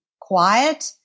quiet